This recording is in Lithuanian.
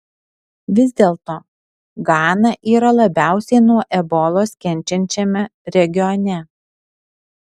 vis dėlto gana yra labiausiai nuo ebolos kenčiančiame regione